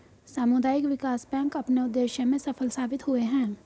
सामुदायिक विकास बैंक अपने उद्देश्य में सफल साबित हुए हैं